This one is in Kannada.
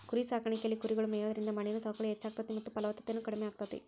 ಕುರಿಸಾಕಾಣಿಕೆಯಲ್ಲಿ ಕುರಿಗಳು ಮೇಯೋದ್ರಿಂದ ಮಣ್ಣಿನ ಸವಕಳಿ ಹೆಚ್ಚಾಗ್ತೇತಿ ಮತ್ತ ಫಲವತ್ತತೆನು ಕಡಿಮೆ ಆಗ್ತೇತಿ